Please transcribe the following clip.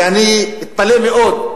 ואני אתפלא מאוד,